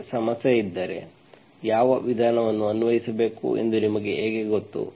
ನಿಮಗೆ ಸಮಸ್ಯೆಯಿದ್ದರೆ ಯಾವ ವಿಧಾನವನ್ನು ಅನ್ವಯಿಸಬೇಕು ಎಂದು ನಿಮಗೆ ಹೇಗೆ ಗೊತ್ತು